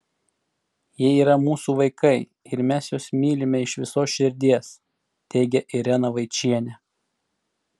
jie yra mūsų vaikai ir mes juos mylime iš visos širdies teigia irena vaičienė